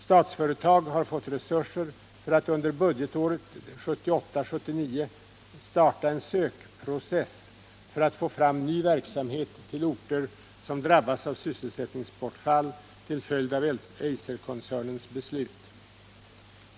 Statsföretag AB har fått resurser för att under budgetåret 1978/79 starta en sökprocess för att få fram ny verksamhet till orter som drabbas av sysselsättningsbortfall till följd av Eiserkoncernens beslut.